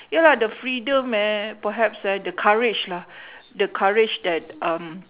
ya lah the freedom eh perhaps eh the courage lah the courage that um